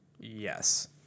Yes